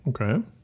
Okay